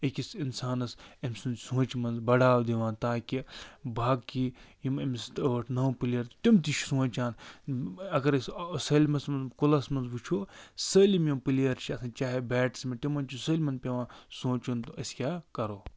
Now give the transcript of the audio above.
أکِس اِنسانس أمۍ سُنٛد سونٛچہِ منٛز بَڑاو دِوان تاکہِ باقٕے یِم أمِس ٲٹھ نَو پُلیر چھِ تِم تہِ چھِ سوںٛچان اگر أسۍ سٲلمس منٛز کُلس منٛز وُچھو سٲلِم یِم پُلیر چھِ آسان چاہیے بیٹٕس مین تِمن چھُ سٲلِمن پٮ۪وان سونٛچُن تہٕ أسۍ کیٛاہ کَرو